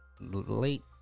late